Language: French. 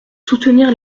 soutenir